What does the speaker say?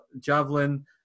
javelin